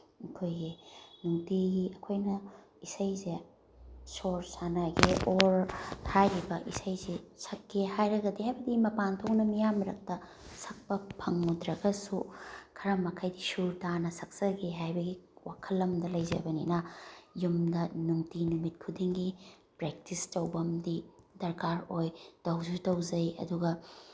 ꯑꯩꯈꯣꯏꯒꯤ ꯅꯨꯡꯇꯤꯒꯤ ꯑꯩꯈꯣꯏꯅ ꯏꯁꯩꯁꯦ ꯁꯣꯔ ꯁꯥꯟꯅꯒꯦ ꯑꯣꯔ ꯍꯥꯏꯔꯤꯕ ꯏꯁꯩꯁꯦ ꯁꯛꯀꯦ ꯍꯥꯏꯔꯒꯗꯤ ꯍꯥꯏꯕꯗꯤ ꯃꯄꯥꯟ ꯊꯣꯛꯅ ꯃꯤꯌꯥꯝ ꯃꯔꯛꯇ ꯁꯛꯄ ꯐꯪꯉꯨꯗ꯭ꯔꯒꯁꯨ ꯈꯔ ꯃꯈꯩꯗꯤ ꯁꯨꯔ ꯇꯥꯅ ꯁꯛꯆꯒꯦ ꯍꯥꯏꯕꯒꯤ ꯋꯥꯈꯜ ꯑꯃꯗ ꯂꯩꯖꯕꯅꯤꯅ ꯌꯨꯝꯗ ꯅꯨꯡꯇꯤ ꯅꯨꯃꯤꯠ ꯈꯨꯗꯤꯡꯒꯤ ꯄ꯭ꯔꯦꯛꯇꯤꯁ ꯇꯧꯕ ꯑꯝꯗꯤ ꯗꯔꯀꯥꯔ ꯑꯣꯏ ꯇꯧꯁꯨ ꯇꯧꯖꯩ ꯑꯗꯨꯒ